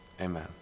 Amen